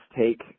take